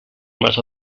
más